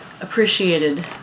appreciated